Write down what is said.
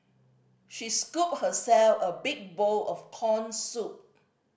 she scooped herself a big bowl of corn soup